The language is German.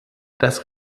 das